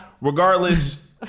Regardless